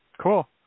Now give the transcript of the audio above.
Cool